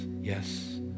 Yes